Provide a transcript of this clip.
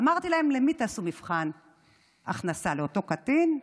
אמרתי להם: למי תעשו מבחן הכנסה, לאותו קטין?